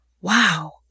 wow